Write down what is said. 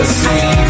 see